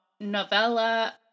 novella